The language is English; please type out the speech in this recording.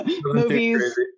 movies